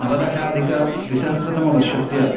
नवदशाधिक द्विसहस्रतमवर्षस्य